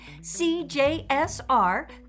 CJSR